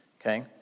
okay